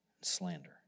slander